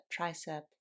tricep